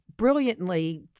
Brilliantly